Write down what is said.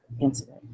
incident